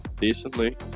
decently